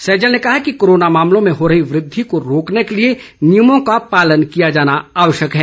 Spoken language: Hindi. सैजल ने कहा कि कोरोना मामलों में हो रही वृद्धि को रोकने के लिए नियमों का पालन किया जाना आवश्यक है